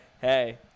Hey